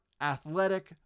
athletic